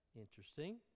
interesting